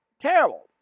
Terrible